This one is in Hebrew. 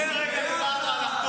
לפני רגע דיברת עליו טוב,